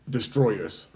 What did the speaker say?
Destroyers